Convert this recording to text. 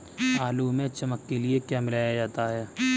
आलू में चमक के लिए क्या मिलाया जाता है?